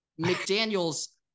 McDaniel's